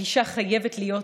הגישה חייבת להיות: